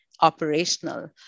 operational